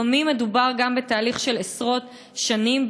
לפעמים מדובר בתהליך של עשרות שנים,